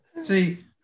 See